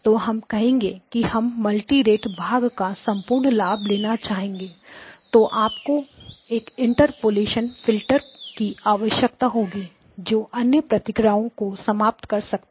तो हम कहेंगे कि हम मल्टी रेट भाग का संपूर्ण लाभ लेना चाहेंगे तो आपको एक इंटरपोलेशन फिल्टर की आवश्यकता होगी जो अन्य प्रतिक्रियाओं को समाप्त कर सके